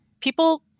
People